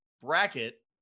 bracket